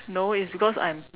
no it's because I'm